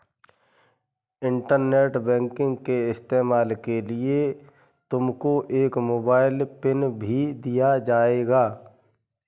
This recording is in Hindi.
इंटरनेट बैंकिंग के इस्तेमाल के लिए तुमको एक मोबाइल पिन भी दिया जाएगा